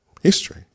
history